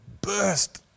burst